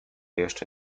jeszcze